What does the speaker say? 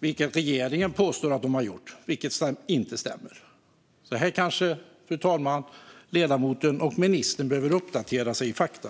Regeringen påstår att den har gjort det, men det stämmer inte. Här kanske ledamoten och ministern behöver uppdatera sig när det gäller fakta.